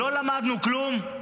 לא למדנו כלום?